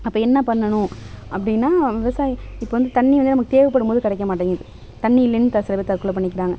அப்போ என்ன பண்ணணும் அப்படின்னா விவசாயி இப்போ வந்து தண்ணி வந்து நமக்கு தேவைப்படும் போது கிடைக்க மாட்டேங்குது தண்ணி இல்லைனு இப்போ சில பேர் தற்கொலை பண்ணிக்கிறாங்க